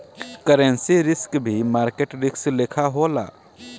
currency risk भी market risk लेखा होला